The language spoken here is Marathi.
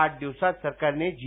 आठ दिवसात सरकारने जी